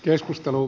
keskustelu